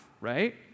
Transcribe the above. right